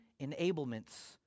enablements